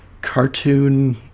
cartoon